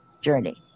journey